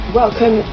welcome